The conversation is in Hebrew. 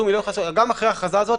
גם אחרי ההכרזה הזאת,